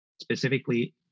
specifically